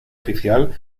oficial